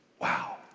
wow